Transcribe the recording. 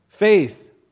faith